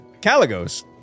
Caligos